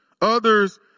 Others